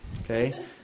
Okay